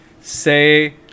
Say